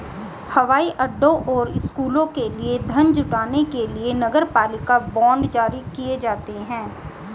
हवाई अड्डों और स्कूलों के लिए धन जुटाने के लिए नगरपालिका बांड जारी किए जाते हैं